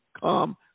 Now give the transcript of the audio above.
come